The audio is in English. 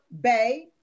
Bay